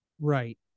Right